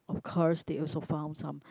of course they also found some